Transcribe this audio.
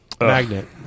magnet